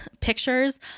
pictures